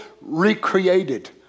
recreated